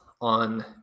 on